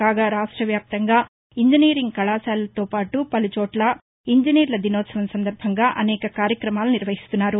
కాగా రాష్టవ్యాప్తంగా ఇంజినీరింగ్ కళాశాలలతో పాటు పలుచోట్ల ఇంజినీర్ల దినోత్సవం సందర్బంగా ఈ రోజు అనేక కార్యక్రమాలు నిర్వహిస్తున్నారు